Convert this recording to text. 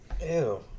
Ew